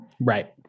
right